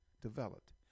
developed